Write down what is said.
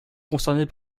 concernées